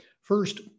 First